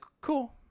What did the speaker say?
cool